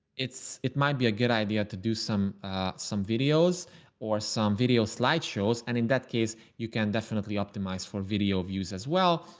it's it might be a good idea to do some some videos or some video slideshows. and in that case, you can definitely optimize for video views as well.